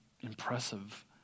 impressive